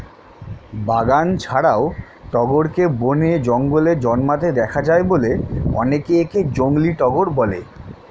বাগান ছাড়াও টগরকে বনে, জঙ্গলে জন্মাতে দেখা যায় বলে অনেকে একে জংলী টগর বলে